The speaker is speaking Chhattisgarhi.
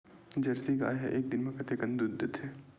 जर्सी गाय ह एक दिन म कतेकन दूध देथे?